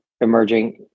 emerging